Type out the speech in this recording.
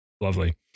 Lovely